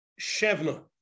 Shevna